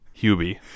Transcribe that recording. Hubie